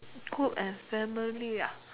group and family ah